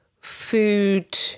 food